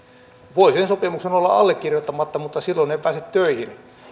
voi sen sopimuksen olla allekirjoittamatta mutta silloin ei pääse töihin